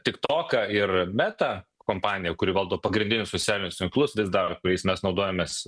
tiktoką ir metą kompaniją kuri valdo pagrindinius socialinius tinklus vis dar kuriais mes naudojamės